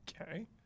Okay